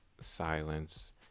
silence